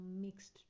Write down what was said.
mixed